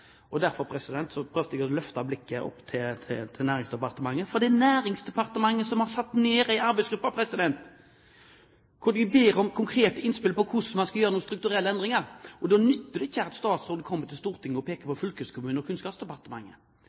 Derfor prøvde jeg å løfte blikket opp til Næringsdepartementet. For det er Næringsdepartementet som har satt ned en arbeidsgruppe, hvor de ber om konkrete innspill til hvordan man skal gjøre noen strukturelle endringer. Da nytter det ikke at statsråden kommer til Stortinget og peker på fylkeskommunene og Kunnskapsdepartementet.